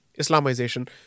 Islamization